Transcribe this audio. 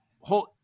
hold